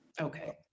Okay